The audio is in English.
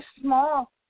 small